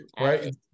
right